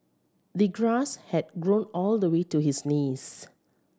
the grass had grown all the way to his knees